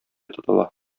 тотыла